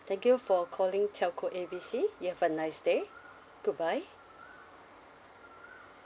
thank you for calling telco A B C you have a nice day goodbye